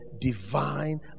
Divine